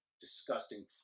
disgusting